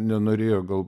nenorėjo gal